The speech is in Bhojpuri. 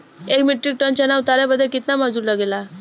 एक मीट्रिक टन चना उतारे बदे कितना मजदूरी लगे ला?